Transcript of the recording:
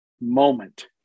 moment